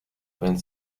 vingt